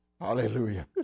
Hallelujah